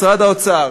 משרד האוצר,